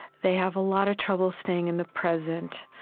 they have a lot of trouble staying in the present,